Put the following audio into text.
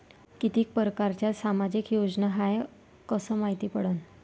कितीक परकारच्या सामाजिक योजना हाय कस मायती पडन?